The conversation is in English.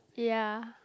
ya